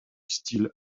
style